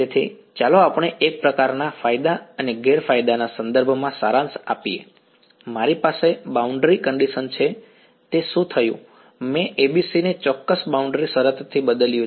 તેથી ચાલો આપણે એક પ્રકારના ફાયદા અને ગેરફાયદાના સંદર્ભમાં સારાંશ આપીએ મારી પાસે બાઉન્ડ્રી કંડીશન છે તે શું થયું મેં ABC ને ચોક્કસ બાઉન્ડ્રી શરતથી બદલ્યું છે